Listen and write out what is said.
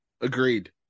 agreed